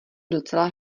docela